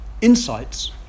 insights